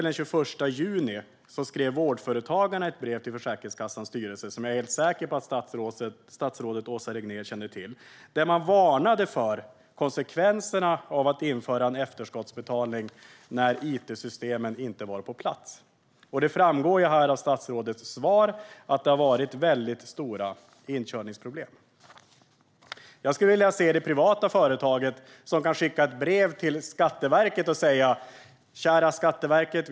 Den 21 juni skrev till exempel Vårdföretagarna ett brev till Försäkringskassans styrelse, vilket jag är helt säker på att statsrådet Åsa Regnér känner till, där man varnade för konsekvenserna av att införa efterskottsbetalning när it-systemen inte var på plats. Det framgår ju av statsrådets svar att det har funnits stora inkörningsproblem. Jag skulle vilja se det privata företag som kan skicka ett brev till Skatteverket och säga: "Kära Skatteverket!